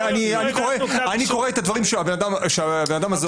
אני קורא את הדברים שהבן אדם הזה אומר.